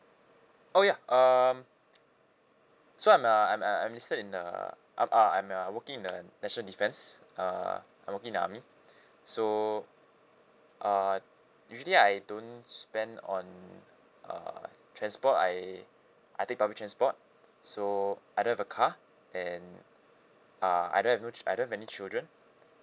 oh ya um so I'm uh I'm uh I'm listed in a uh uh I'm uh working in the national defence uh I'm working in the army so uh usually I don't spend on uh transport I I take public transport so I don't have a car and uh I don't I don't any children